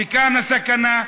וכאן הסכנה.